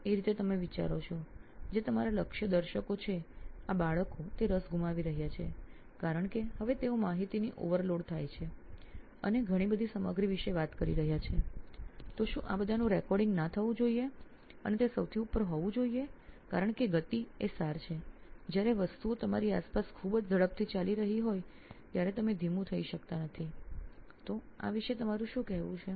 તો એ રીતે તમે વિચારો છો કે જે તમારા લક્ષ્ય દર્શકો છે આ બાળકો તે રસ ગુમાવી રહ્યા છે કારણ કે હવે તેઓ માહિ તી ઓવરલોડ થાય છેઅને ઘણી બધી સામગ્રી વિશે વાત કરી રહ્યા છે તો શું આ બધાનું રેકોર્ડિંગ ના થવું જોઈએ અને તે સૌથી ઉપર હોવું જોઈએ કારણકે ગતિ એ સાર છે જ્યારે વસ્તુઓ તમારી આસપાસ ખૂબ જ ઝડપથી ચાલી રહી હોય ત્યારે તમે ધીમું થઈ શકતા નથી તો આ વિશે તમારું શું કહેવું છે